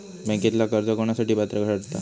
बँकेतला कर्ज कोणासाठी पात्र ठरता?